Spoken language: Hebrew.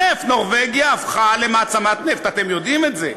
נורבגיה הפכה למעצמת נפט, אתם יודעים את זה.